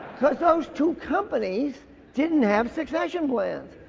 cuz those two companies didn't have succession plans.